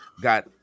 got